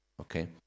Okay